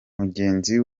mugenzi